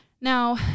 Now